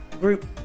group